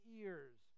ears